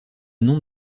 nom